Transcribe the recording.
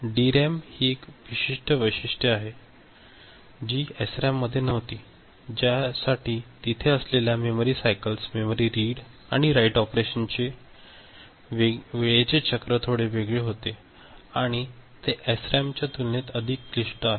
DRAM ही एक विशिष्ट वैशिष्ट्ये आहेत जी एसआरएएममध्ये नव्हती ज्यासाठी तिथे असलेल्या मेमरी सायकल्स मेमरी रीड आणि राइट ऑपरेशन वेळेचे चक्र थोडे वेगळे होतेआणि ते एसरॅम तुलनेत अधिक क्लिष्ट आहे